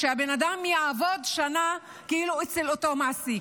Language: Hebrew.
שהבן אדם יעבוד שנה אצל אותו מעסיק.